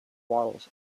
waddles